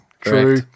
True